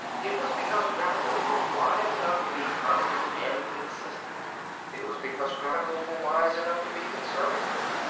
it was because radicals were wise enough to be constant and consistent it was because radicals were wise enough to be conservative.